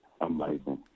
Amazing